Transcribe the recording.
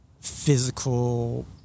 physical